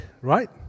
right